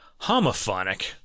homophonic